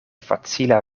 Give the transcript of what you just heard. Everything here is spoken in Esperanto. facila